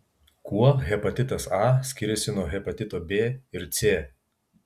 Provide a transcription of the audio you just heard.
kuo hepatitas a skiriasi nuo hepatito b ir c